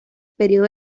periodo